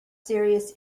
serious